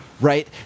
right –